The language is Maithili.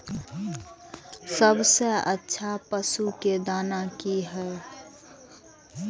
सबसे अच्छा पशु के दाना की हय?